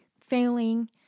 failing